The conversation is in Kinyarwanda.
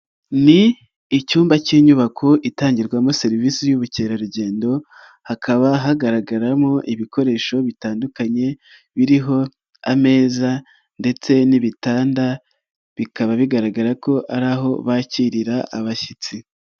Ni icyumba cy'inyubako itangirwamo serivisi y'ubukerarugendo, hakaba hagaragaramo ibikoresho bitandukanye biriho ameza ndetse n'ibitanda, bikaba bigaragara ko ari aho bakirira abashyitsi.